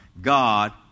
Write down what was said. God